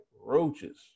roaches